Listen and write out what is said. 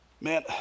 man